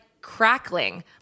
crackling